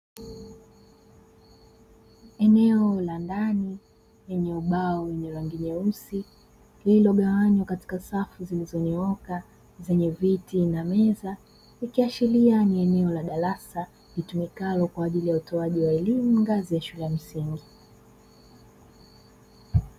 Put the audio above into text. Eneo la ndani lenye ubao wenye rangi nyeusi, lililogawanywa katika safu zilizonyooka zenye viti na meza, ikiashiria ni eneo la darasa litumikalo kwa ajili ya utoaji elimu ngazi ya shule ya msingi.